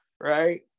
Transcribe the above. Right